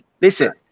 Listen